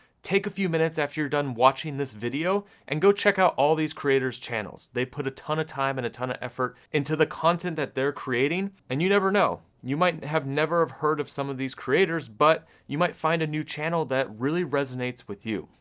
take a few minutes after you're done watching this video, and go check out all these creators channels, they put a ton of time, and a ton of effort into the content that they're creating, and you never know, you might have never have heard of some of these creators, but you might find a new channel that really resonates with you.